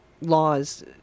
laws